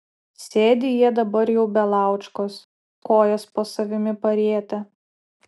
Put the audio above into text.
sėdi jie dabar jau be laučkos kojas po savimi parietę